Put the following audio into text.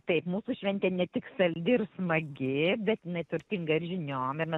taip mūsų šventė ne tik saldi ir smagi bet jinai turtinga ir žiniom ir mes